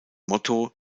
motto